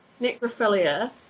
necrophilia